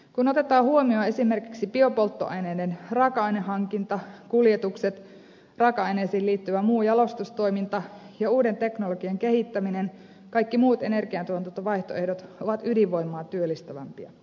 kun otetaan huomioon esimerkiksi biopolttoaineiden raaka ainehankinta kuljetukset raaka aineisiin liittyvä muu jalostustoiminta ja uuden teknologien kehittäminen kaikki muut energiatuotantovaihtoehdot ovat ydinvoimaa työllistävämpiä